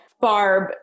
Barb